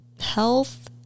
health